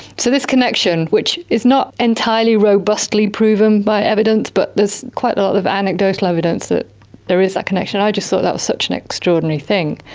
so this connection, which is not entirely robustly proven by evidence but there's quite a lot of anecdotal evidence that there is that connection, i just thought that was such an extraordinary thing,